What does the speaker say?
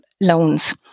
loans